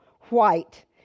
white